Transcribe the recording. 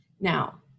Now